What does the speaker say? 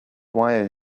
wire